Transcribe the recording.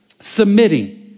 Submitting